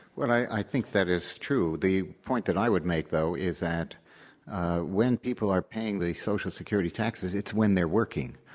i think that is true. the point that i would make, though, is that when people are paying the social security taxes, it's when they're working.